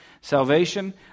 Salvation